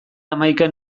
hamaikan